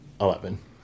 Eleven